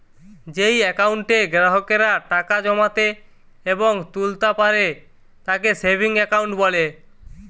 যেই একাউন্টে গ্রাহকেরা টাকা জমাতে এবং তুলতা পারে তাকে সেভিংস একাউন্ট বলে